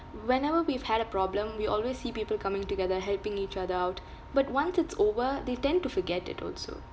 whenever we've had a problem we always see people coming together helping each other out but once it's over they tend to forget it also